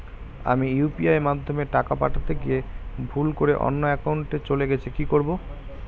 আমি ইউ.পি.আই মাধ্যমে টাকা পাঠাতে গিয়ে ভুল করে অন্য একাউন্টে চলে গেছে কি করব?